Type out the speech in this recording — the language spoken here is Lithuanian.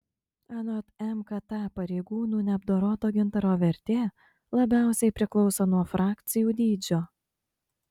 anot mkt pareigūnų neapdoroto gintaro vertė labiausiai priklauso nuo frakcijų dydžio